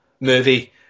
movie